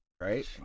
right